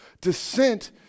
descent